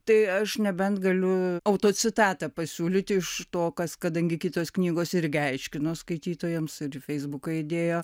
tai aš nebent galiu autocitatą pasiūlyti iš to kas kadangi kitos knygos irgi aiškino skaitytojams ir į feisbuką įdėjo